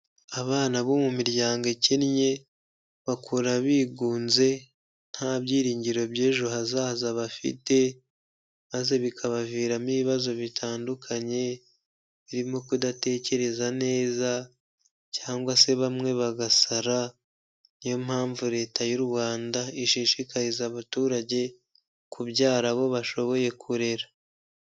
Abana bo mu miryango ikennye bakura bigunze, nta byiringiro by'ejo hazaza bafite, maze bikabaviramo ibibazo bitandukanye, birimo kudatekereza neza, cyangwa se bamwe bagasara, niyo mpamvu leta y'u Rwanda ishishikariza abaturage kubyara abo bashoboye kurera.